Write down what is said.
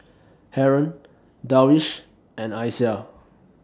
Haron Darwish and Aisyah